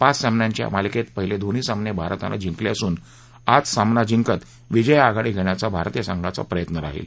पाच सामन्यांच्या या मालिकेत पहिले दोन्ही सामने भारतानं जिंकले असून आज सामना जिंकत विजयी आघाडी घेण्याचा भारतीय संघाचा प्रयत्न राहील